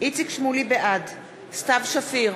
בעד סתיו שפיר,